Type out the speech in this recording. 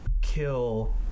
kill